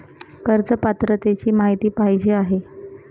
कर्ज पात्रतेची माहिती पाहिजे आहे?